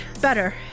better